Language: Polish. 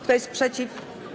Kto jest przeciw?